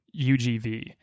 UGV